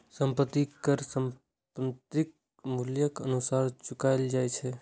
संपत्ति कर संपत्तिक मूल्यक अनुसार चुकाएल जाए छै